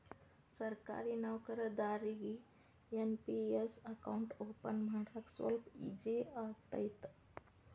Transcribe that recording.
ಸರ್ಕಾರಿ ನೌಕರದಾರಿಗಿ NPS account open ಮಾಡಾಕ ಸ್ವಲ್ಪ ಈಜಿ ಆಗತೈತ